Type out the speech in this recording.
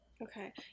Okay